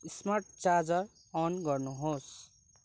smart charger on गर्नुहोस्